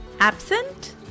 absent